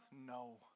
No